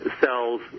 cells